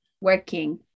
working